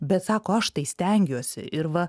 bet sako aš tai stengiuosi ir va